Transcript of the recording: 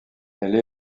elle